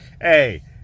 Hey